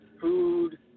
Food